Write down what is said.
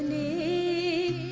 a